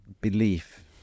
belief